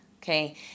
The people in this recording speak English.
okay